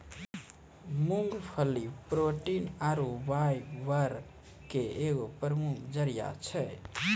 मूंगफली प्रोटीन आरु फाइबर के एगो प्रमुख जरिया छै